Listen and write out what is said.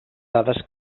dades